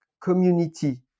community